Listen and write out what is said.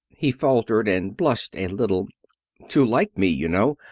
he faltered and blushed a little to like me, you know.